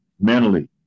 mentally